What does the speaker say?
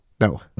No